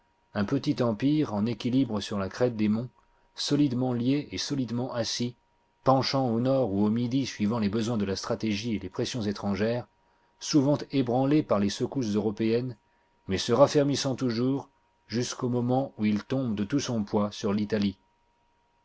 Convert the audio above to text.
un petit empire en équilibre sur la crête des monts solidement lié et solidement assis penchant au nord ou au midi suivant les besoins de la stratégie et les pressions étrangères souvent ébranlé par les secousses européeunes mais se raffermissant toujours jusqu'au moment où il tombe de tout son poids sur l'italie